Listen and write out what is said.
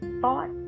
thought